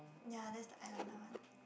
ya that's the eyeliner one